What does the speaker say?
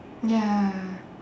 ya